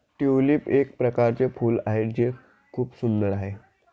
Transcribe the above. tulip एक प्रकारचे फूल आहे जे खूप सुंदर आहे